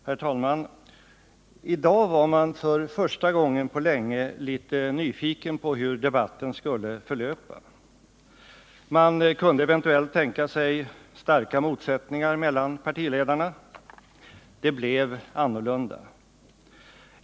Herr talman! I dag var man för första gången på länge litet nyfiken på hur debatten skulle förlöpa. Man kunde eventuellt vänta sig starka motsättningar mellan partiledarna. Det blev annorlunda.